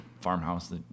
farmhouse